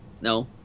no